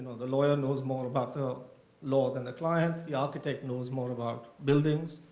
the lawyer knows more about the law than the client. the architect knows more about buildings.